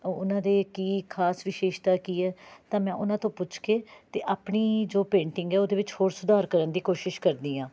ਅ ਉਨ੍ਹਾਂ ਦੇ ਕੀ ਖਾਸ ਵਿਸ਼ੇਸਤਾਂ ਕੀ ਹੈ ਤਾਂ ਮੈਂ ਉਨ੍ਹਾਂ ਤੋਂ ਪੁੱਛ ਕੇ ਅਤੇ ਆਪਣੀ ਜੋ ਪੇਂਟਿੰਗ ਹੈ ਉਹਦੇ ਵਿੱਚ ਹੋਰ ਸੁਧਾਰ ਕਰਨ ਦੀ ਕੋਸ਼ਿਸ ਕਰਦੀ ਹਾਂ